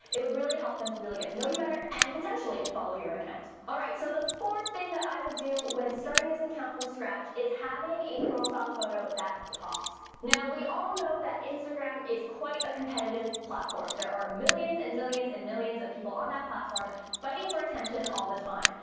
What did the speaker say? it would really help them to really get to know you better and potentially follow your account. all right, so the fourth thing that i would do when starting this account from scratch is having a profile photo that pops. now we all know that instagram is quite a competitive platform. there are millions and millions and millions of people on that platform fighting for attention all the time.